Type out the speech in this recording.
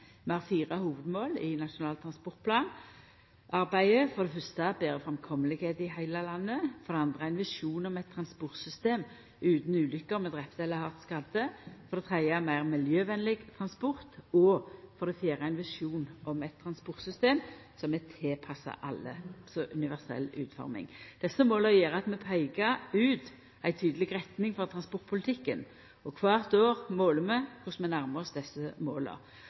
fire hovudmål i Nasjonal transportplan: For det fyrste å arbeida for betre framkomst i heile landet, for det andre ein visjon om eit transportsystem utan ulukker med drepne eller hardt skadde, for det tredje meir miljøvenleg transport og for det fjerde ein visjon om eit transportsystem som er tilpassa alle, altså universell utforming. Desse måla gjer at vi peikar ut ei tydeleg retning for transportpolitikken. Kvart år måler vi korleis vi nærmar oss desse måla.